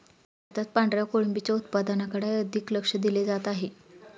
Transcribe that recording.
भारतात पांढऱ्या कोळंबीच्या उत्पादनाकडे अधिक लक्ष दिले जात आहे